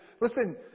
listen